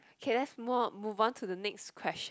okay let's more move on to the next question